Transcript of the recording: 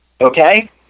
okay